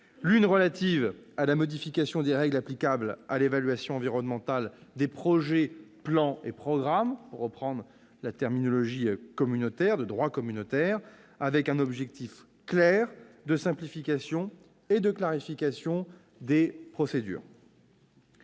l'une relative à la modification des règles applicables à l'évaluation environnementale des projets, plans et programmes, pour reprendre la terminologie du droit communautaire, avec un objectif clair de simplification et de clarification des procédures